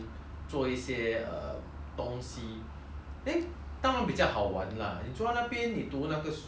eh 当然比较好玩 lah 你做那边你读那个书你 just uh read and read and read